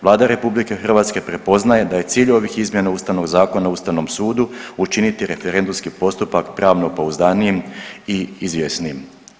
Vlada RH prepoznaje da je cilj ovih izmjena Ustavnog zakona o Ustavnom sudu učiniti referendumski postupak pravno pouzdanijim i izvjesnijim.